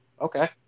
Okay